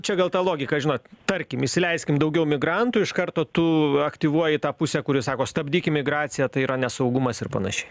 čia gal ta logika žinot tarkim įsileiskim daugiau migrantų iš karto tu aktyvuoji tą pusę kuri sako stabdykim migraciją tai yra nesaugumas ir panašiai